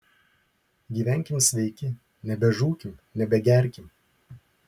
gyvenkim sveiki nebežūkim nebegerkim